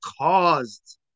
caused